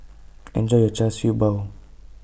Enjoy your Char Siew Bao